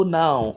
now